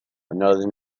another